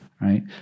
Right